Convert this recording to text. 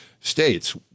states